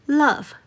love